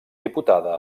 diputada